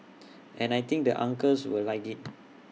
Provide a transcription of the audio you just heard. and I think the uncles will like IT